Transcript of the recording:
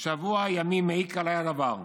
"שבוע ימים מעיק עליי הדבר,